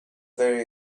very